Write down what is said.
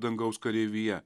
dangaus kareivija